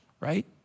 Right